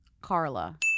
Carla